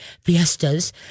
fiestas